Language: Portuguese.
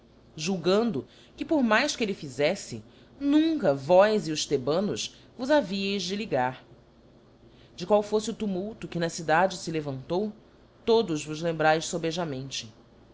julgando que por mais que elle fizeíte nunca vós e os thebanos vos havíeis de ligar de qual fofle o tumulto que na cidade fe levantou todos vos lembraes